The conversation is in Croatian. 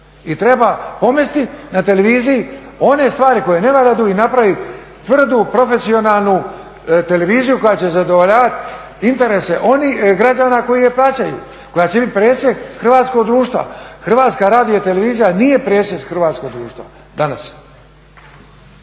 i treba pomesti na televiziji one stvari koje ne valjaju i napravit tvrdu, profesionalnu televiziju koja će zadovoljavat interese onih građana koji je plaćaju, koja će bit presjek hrvatskog društva. HRT nije presjek hrvatskog društva danas.